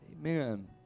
Amen